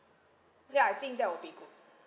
ya I think that would be good